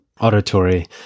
auditory